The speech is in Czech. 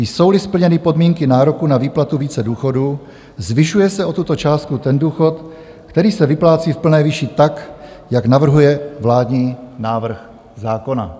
Jsouli splněny podmínky nároku na výplatu více důchodů, zvyšuje se o tuto částku ten důchod, který se vyplácí v plné výši tak, jak navrhuje vládní návrh zákona.